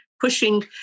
pushing